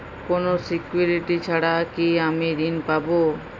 কোনো সিকুরিটি ছাড়া কি আমি ঋণ পাবো?